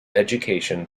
education